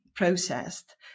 processed